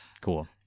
cool